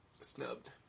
Snubbed